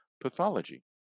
Pathology